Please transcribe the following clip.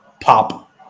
pop